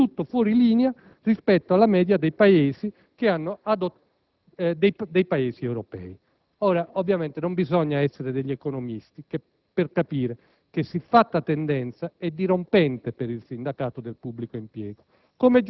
del tutto fuori linea rispetto alla media dei Paesi europei. Ovviamente, non bisogna essere degli economisti per capire che siffatta tendenza è dirompente per il sindacato del pubblico impiego.